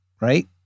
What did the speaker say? Right